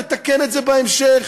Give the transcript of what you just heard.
נתקן את זה בהמשך.